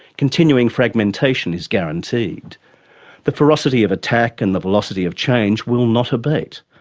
continuing fragmentation is guaranteed the ferocity of attack and the velocity of change will not abate.